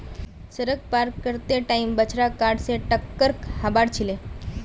सड़क पार कर त टाइम बछड़ा कार स टककर हबार छिले